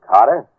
Carter